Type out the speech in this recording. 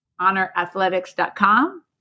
honorathletics.com